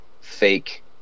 fake